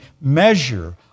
measure